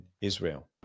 Israel